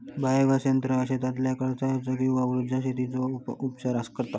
biogas संयंत्र शेतातल्या कचर्याचो किंवा उर्जा शेतीचो उपचार करता